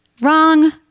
Wrong